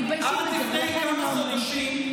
עד לפני כמה חודשים,